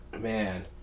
Man